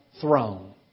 throne